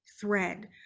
thread